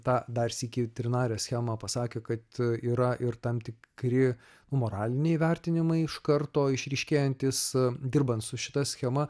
tą dar sykį trinarę schemą pasakė kad yra ir tam tikri moraliniai vertinimai iš karto išryškėjantys dirbant su šita schema